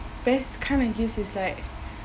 best kind of gifts is like